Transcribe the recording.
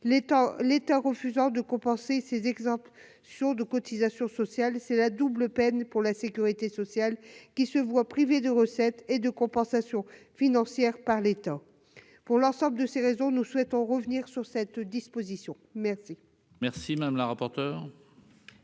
l'État refusant de compenser ces exemples sur de cotisations sociales, c'est la double peine pour la sécurité sociale qui se voit privés de recettes et de compensation financière par l'État pour l'ensemble de ces raisons, nous souhaitons revenir sur cette disposition merci. Merci madame la rapporteure.